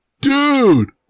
Dude